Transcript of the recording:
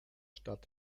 stadt